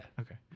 okay